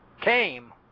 came